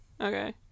Okay